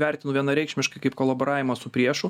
vertinu vienareikšmiškai kaip kolaboravimą su priešu